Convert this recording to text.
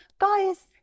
guys